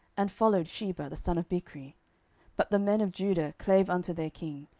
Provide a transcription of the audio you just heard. and followed sheba the son of bichri but the men of judah clave unto their king,